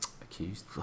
accused